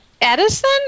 edison